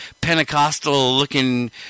Pentecostal-looking